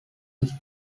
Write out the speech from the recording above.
his